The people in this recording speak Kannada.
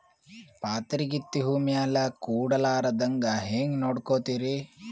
ಪಾತರಗಿತ್ತಿ ಹೂ ಮ್ಯಾಲ ಕೂಡಲಾರ್ದಂಗ ಹೇಂಗ ನೋಡಕೋತಿರಿ?